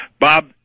Bob